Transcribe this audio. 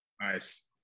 Nice